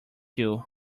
too